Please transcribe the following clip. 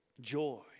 joy